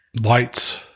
Lights